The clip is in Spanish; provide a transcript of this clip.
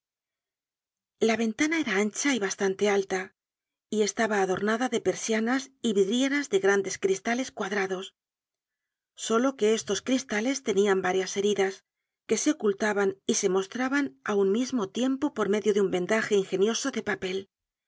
la ventana era ancha y bastante alta y estaba adornada de persianas y vidrieras de grandes cristales cuadrados solo que estos cristales tenian varias heridas que se ocultaban y se mostraban á un mismo tiempo por medio de un vendaje ingenioso de papel